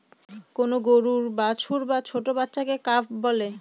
কোন গরুর বাছুর বা ছোট্ট বাচ্চাকে কাফ বলে